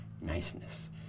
niceness